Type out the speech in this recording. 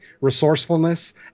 resourcefulness